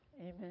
Amen